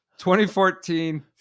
2014